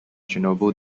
chernobyl